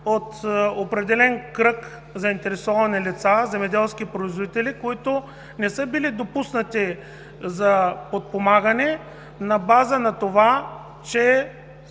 от определен кръг заинтересовани лица – земеделски производители, които не са били допуснати за подпомагане на база на това, че